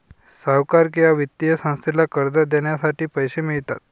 सावकार किंवा वित्तीय संस्थेला कर्ज देण्यासाठी पैसे मिळतात